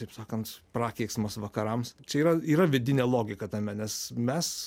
taip sakant prakeiksmas vakarams čia yra yra vidinė logika tame nes mes